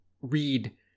read